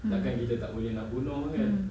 mm mm